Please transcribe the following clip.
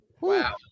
Wow